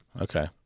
Okay